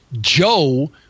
Joe